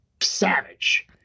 savage